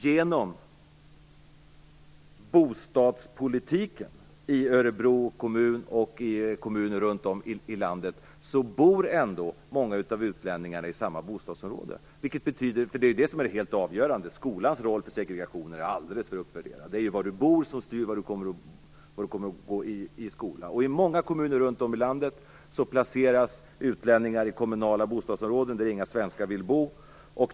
Genom bostadspolitiken i Örebro kommun och i kommuner runt om i landet bor ändå många av utlänningarna i samma bostadsområde, och det är det som är det helt avgörande. För det är var du bor som styr var du kommer att gå i skola. I många kommuner runt om i landet placeras utlänningar i kommunala bostadsområden där inga svenskar vill bo.